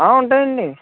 ఉంటాయండి